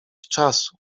czasu